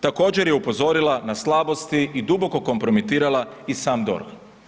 Također je upozorila na slabosti i duboko kompromitirala i sam DORH.